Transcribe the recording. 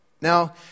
Now